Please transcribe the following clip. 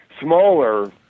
smaller